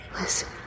listen